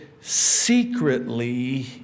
secretly